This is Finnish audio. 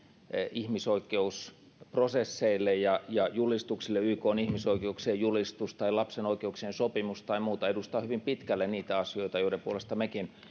ihmisoikeusprosesseille ja ja julistuksille ykn ihmisoikeuksien julistus tai lapsen oikeuksien sopimus tai muu edustaa hyvin pitkälle niitä asioita joiden puolesta mekin